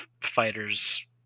fighters